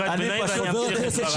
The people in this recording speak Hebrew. יום טוב, תשלים את דבריך.